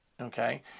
okay